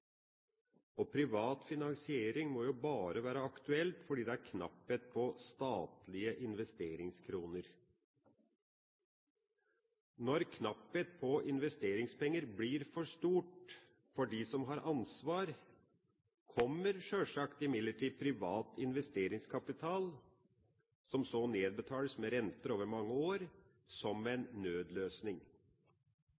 knapphet på statlige investeringskroner. Når knapphet på investeringspenger blir for stort for dem som har ansvar, kommer imidlertid privat investeringskapital, som så nedbetales med renter over mange år, som en